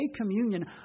communion